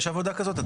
יש עבודה כזאת?